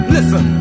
Listen